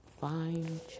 fine